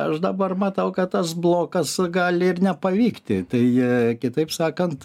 aš dabar matau kad tas blokas gali ir nepavykti tai kitaip sakant